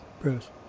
Bruce